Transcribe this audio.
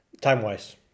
time-wise